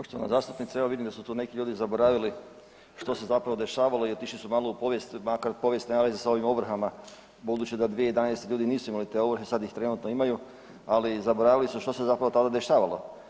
Poštovana zastupnice, evo vidim da su tu neki ljudi zaboravili što se zapravo dešavalo i otišli su malo u povijest makar povijest nema veze sa ovim ovrhama budući da 2011. ljudi nisu imali te ovrhe i sad ih trenutno imaju ali zaboravili su što se zapravo tada dešavalo.